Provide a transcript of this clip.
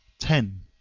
ten.